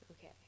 Okay